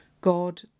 God